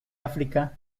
áfrica